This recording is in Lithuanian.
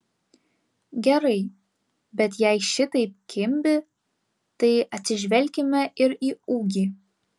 gerai bet jei šitaip kimbi tai atsižvelkime ir į ūgį